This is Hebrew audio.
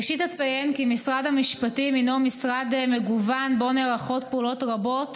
ראשית אציין כי משרד המשפטים הוא משרד מגוון ובו נערכות פעולות רבות